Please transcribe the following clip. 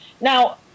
Now